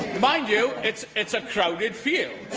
mind you, it's it's a crowded field.